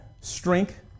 strength